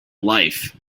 life